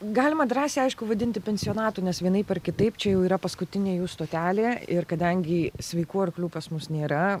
galima drąsiai aišku vadinti pensionatu nes vienaip ar kitaip čia jau yra paskutinė jų stotelė ir kadangi sveikų arklių pas mus nėra